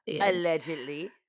allegedly